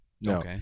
No